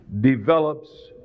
develops